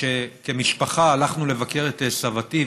כשכמשפחה הלכנו לבקר את סבתי,